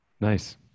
Nice